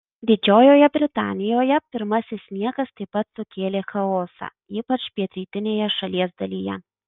didžiojoje britanijoje pirmasis sniegas taip pat sukėlė chaosą ypač pietrytinėje šalies dalyje